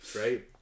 right